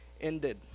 ended